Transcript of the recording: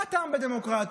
מה הטעם בדמוקרטיה,